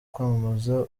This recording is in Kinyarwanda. kwamamaza